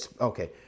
Okay